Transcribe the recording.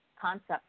concept